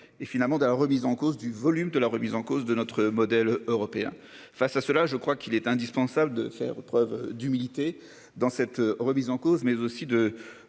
et finalement de la remise en cause du volume de la remise en cause de notre modèle européen face à cela, je crois qu'il est indispensable de faire preuve d'humilité dans cette remise en cause mais aussi de